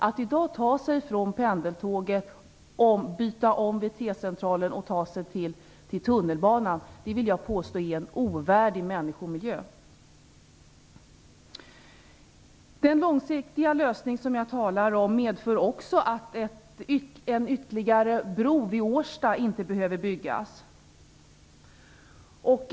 Att i dag ta pendeltåget till T-centralen och därifrån ta sig till tunnelbanan är att vistas i en ovärdig människomiljö, vill jag påstå. Den långsiktiga lösning som jag talar om medför också att en ytterligare bro vid Årsta inte behöver byggas.